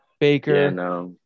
Baker